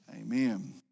amen